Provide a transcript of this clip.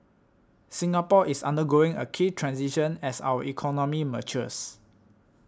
Singapore is undergoing a key transition as our economy matures